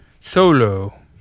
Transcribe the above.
Solo